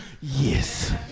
yes